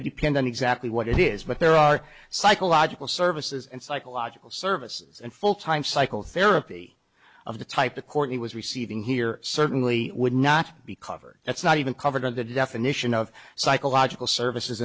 to depend on exactly what it is but there are psychological services and psychological services and full time psychotherapy of the type the court he was receiving here certainly would not be covered that's not even covered in the definition of psychological services